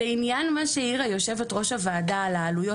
לעניין מה שהעירה יושבת ראש הוועדה על העלויות,